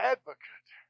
Advocate